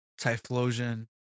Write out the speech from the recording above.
Typhlosion